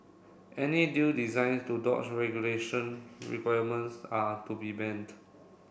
any deal designs to dodge regulation requirements are to be banned